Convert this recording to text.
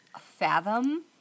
fathom